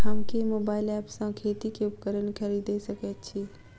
हम केँ mobile app सँ खेती केँ उपकरण खरीदै सकैत छी?